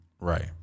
Right